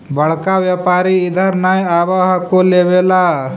बड़का व्यापारि इधर नय आब हको लेबे ला?